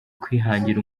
kwihangira